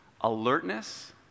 alertness